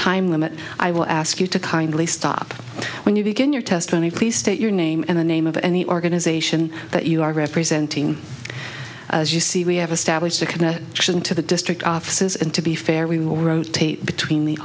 time limit i will ask you to kindly stop when you begin your testimony please state your name and the name of any organization that you are representing as you see we have established a connection to the district offices and to be fair we will rotate between the